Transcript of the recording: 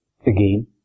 again